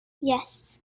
yes